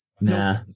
Nah